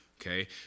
Okay